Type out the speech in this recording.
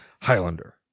Highlander